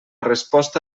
resposta